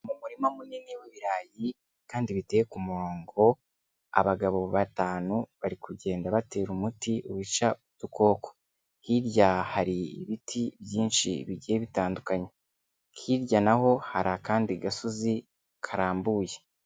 Mu murima munini w'ibirayi kandi biteye ku murongo, abagabo batanu bari kugenda batera umuti wica udukoko, hirya hari ibiti byinshi bigiye bitandukanye, hirya naho hari akandi gasozi karambuye.